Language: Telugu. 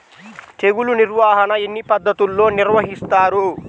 తెగులు నిర్వాహణ ఎన్ని పద్ధతుల్లో నిర్వహిస్తారు?